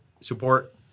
support